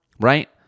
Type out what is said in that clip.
right